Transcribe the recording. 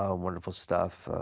ah wonderful stuff.